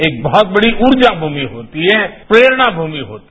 एक बहुत कड़ी उर्जा भूमि होती है प्रेरणा भूमि होती है